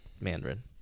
Mandarin